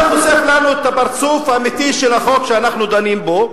זה חושף לנו את הפרצוף האמיתי של החוק שאנחנו דנים בו.